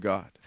God